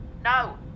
No